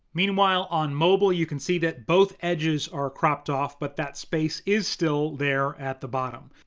meanwhile, on mobile, you can see that both edges are cropped off, but that space is still there at the bottom.